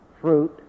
fruit